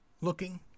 looking